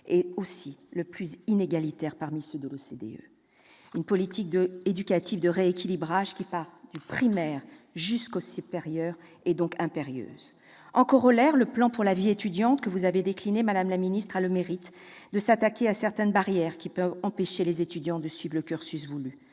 est le plus inégalitaire parmi ceux de l'OCDE. Une politique éducative de rééquilibrage, qui part du primaire jusqu'au supérieur, est donc impérieuse. En corollaire, le plan pour la vie étudiante que vous avez décliné, madame la ministre, a le mérite de s'attaquer à certaines barrières susceptibles d'empêcher les étudiants de suivre le cursus voulu